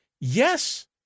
Yes